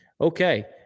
Okay